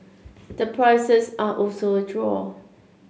the prices are also a draw